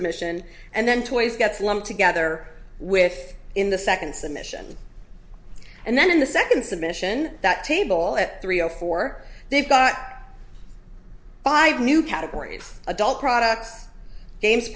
admission and then toys gets lumped together with in the second submission and then in the second submission that table at three o four they've got five new categories adult products games